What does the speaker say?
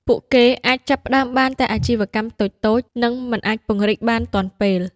ពួកគេអាចចាប់ផ្តើមបានតែអាជីវកម្មតូចៗ និងមិនអាចពង្រីកបានទាន់ពេល។